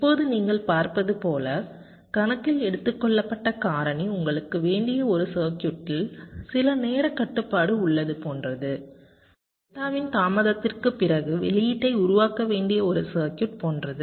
இப்போது நீங்கள் பார்ப்பது போல கணக்கில் எடுத்துக் கொள்ளப்பட்ட காரணி உங்களுக்கு வேண்டிய ஒரு சர்க்யூட்டில் சில நேரக் கட்டுப்பாடு உள்ளது போன்றது டெல்டாவின் தாமதத்திற்குப் பிறகு வெளியீட்டை உருவாக்க வேண்டிய ஒரு சர்க்யூட் போன்றது